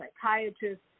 psychiatrist